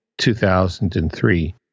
2003